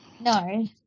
No